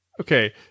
Okay